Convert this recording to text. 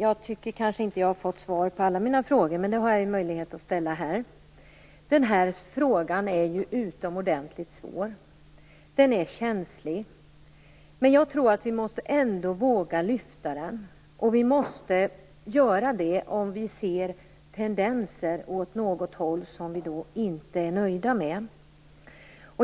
Jag tycker kanske inte att jag har fått svar på alla mina frågor, men jag har nu möjlighet att ställa dem här. Denna fråga är utomordentligt svår och känslig. Vi måste ändå våga lyfta fram den om vi ser tendenser åt något håll som vi inte är nöjda med.